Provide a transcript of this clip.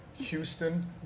Houston